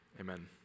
Amen